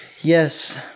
Yes